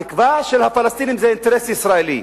התקווה של הפלסטינים היא אינטרס ישראלי,